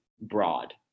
broad